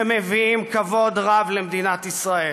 שמביאים כבוד רב למדינת ישראל,